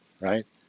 right